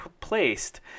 placed